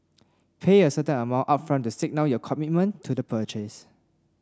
pay a certain amount upfront to signal your commitment to the purchase